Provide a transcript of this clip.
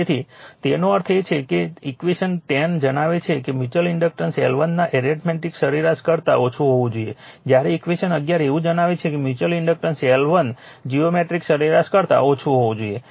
તેથી તેનો અર્થ એ છે કે ઈક્વેશન 10 જણાવે છે કે મ્યુચ્યુઅલ ઇન્ડક્ટન્સ L1 ના એરિથમેટિક સરેરાશ કરતા ઓછું હોવું જોઈએ જ્યારે ઈક્વેશન અગિયાર એવું જણાવે છે કે મ્યુચ્યુઅલ ઇન્ડક્ટન્સ L1 જીઓમેટ્રિક સરેરાશ કરતા ઓછું હોવું જોઈએ